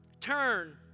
turn